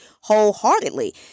wholeheartedly